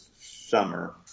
summer